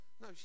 no